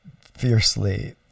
fiercely